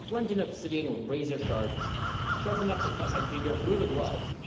flint in obsidian were razor-sharp sharp enough to cut my finger through the gloves.